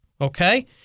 okay